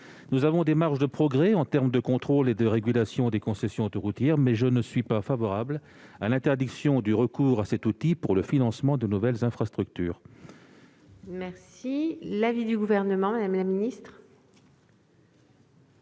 Nous avons certes des marges de progrès en termes de contrôle et de régulation des concessions autoroutières, mais je ne suis pas favorable à interdire le recours à cet outil pour le financement de nouvelles infrastructures. L'avis est donc défavorable.